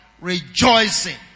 Rejoicing